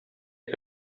que